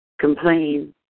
complain